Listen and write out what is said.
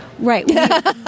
Right